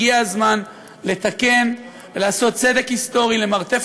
הגיע הזמן לתקן ולעשות צדק היסטורי עם "מרתף